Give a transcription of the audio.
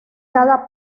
cada